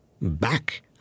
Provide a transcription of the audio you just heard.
back